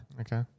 Okay